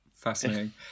fascinating